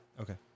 Okay